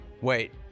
Wait